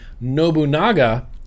Nobunaga